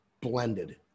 blended